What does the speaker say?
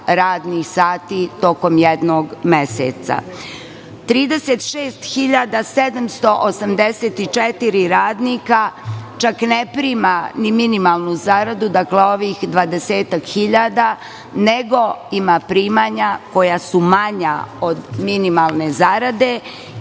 radnih sati tokom jednog meseca. Čak 36.784 radnika ne prima ni minimalnu zaradu, ovih dvadesetak hiljada, nego ima primanja koja su manja od minimalne zarade